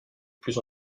plus